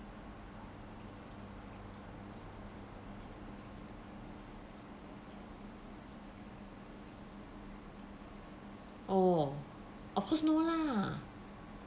oh of course no lah